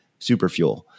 Superfuel